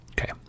Okay